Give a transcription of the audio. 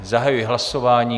Zahajuji hlasování.